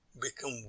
become